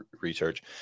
research